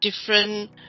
different